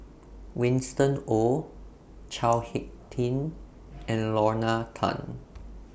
Winston Oh Chao Hick Tin and Lorna Tan